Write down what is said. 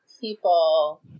people